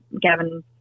Gavin